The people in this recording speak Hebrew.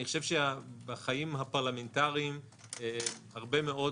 בחיים הפרלמנטריים הרבה מאוד